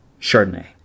Chardonnay